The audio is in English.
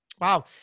wow